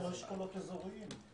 כמו אשכולות אזוריים.